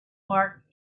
mark